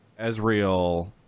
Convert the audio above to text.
Ezreal